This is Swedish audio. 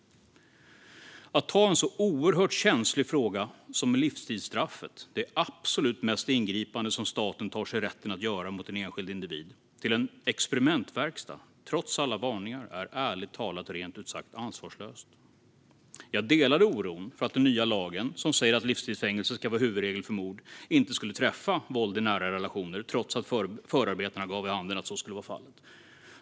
Att trots alla varningar göra en så oerhört känslig fråga som livstidsstraffet, det absolut mest ingripande som staten tar sig rätten att göra mot en enskild individ, till en experimentverkstad är rent ut sagt ansvarslöst. Jag delade oron för att den nya lagen, som säger att livstids fängelse ska vara huvudregel för mord, inte skulle träffa våld i nära relationer trots att förarbetena gav vid handen att så skulle vara fallet.